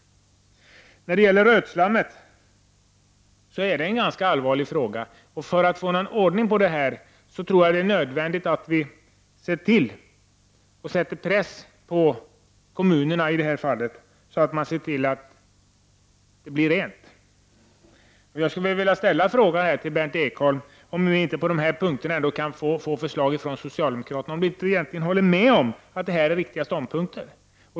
Rötslammet är en ganska allvarlig fråga. För att få någon ordning på den tror jag att det är nödvändigt att sätta press på kommunerna och förmå dem att se till att det blir rent. Jag skulle vilja ställa frågan till Berndt Ekholm, om vi ändå inte kan få förslag från socialdemokraterna på den punkten. Håller ni egentligen inte med om att detta är riktiga ståndpunkter?